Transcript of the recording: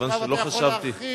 עכשיו אתה יכול להרחיב.